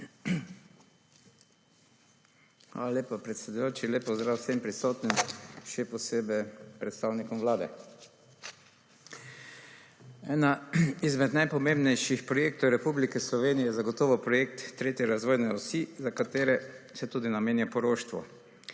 Hvala lepa, predsedujoči. Lep pozdrav vsem prisotnim, še posebej predstavnikom Vlade! Ena izmed najpomembnejših projektov Republike Slovenije je zagotovo projekt tretje razvojne osi, za katero se tudi namenja poroštvo.